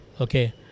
Okay